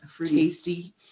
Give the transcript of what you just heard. tasty